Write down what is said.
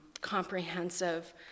comprehensive